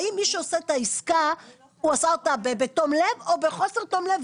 האם מי שעושה את העסקה עשה אותה בתום לב או בחוסר תום לב,